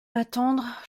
attendre